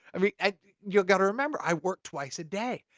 i mean i you gotta remember, i worked twice a day!